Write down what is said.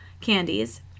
candies